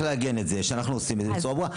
לעגן את זה שאנחנו עושים את זה בצורה ברורה.